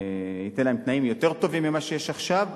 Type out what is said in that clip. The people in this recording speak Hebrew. ייתן להם תנאים יותר טובים ממה שיש עכשיו,